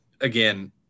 again